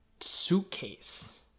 suitcase